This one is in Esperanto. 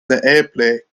neeble